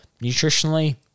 Nutritionally